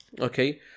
okay